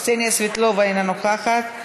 קסניה סבטלובה, אינה נוכחת.